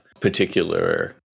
particular